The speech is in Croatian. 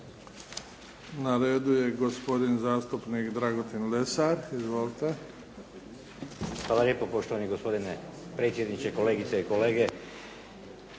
Na redu je gospodin zastupnik Dragutin Lesar. Izvolite. **Lesar, Dragutin (Nezavisni)** Hvala lijepo poštovani gospodine predsjedniče, kolegice i kolege.